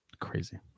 Crazy